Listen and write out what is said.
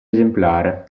esemplare